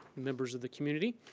members of the community.